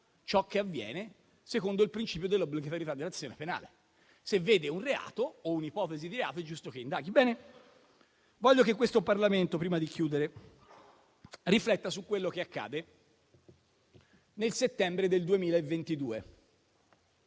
ciò che avviene, secondo il principio dell'obbligatorietà dell'azione penale. Se vede un reato o un'ipotesi di reato, è giusto che indaghi. Bene, io voglio che questo Parlamento, prima di chiudere, rifletta su quello che è accaduto nel settembre 2022,